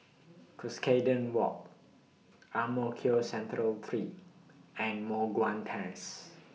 Cuscaden Walk Ang Mo Kio Central three and Moh Guan Terrace